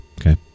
okay